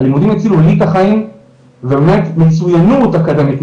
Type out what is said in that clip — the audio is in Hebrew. הלימודים הצילו לי את החיים ובאמת מצוינות אקדמית,